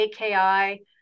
AKI